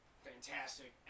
Fantastic